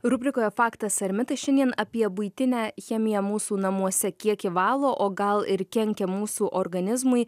rubrikoje faktas ar mitas šiandien apie buitinę chemiją mūsų namuose kiek ji valo o gal ir kenkia mūsų organizmui